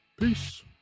peace